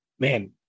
Man